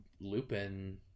Lupin